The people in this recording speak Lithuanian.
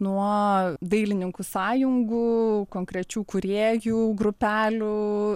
nuo dailininkų sąjungų konkrečių kūrėjų grupelių